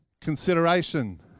Consideration